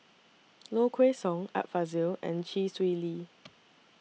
Low Kway Song Art Fazil and Chee Swee Lee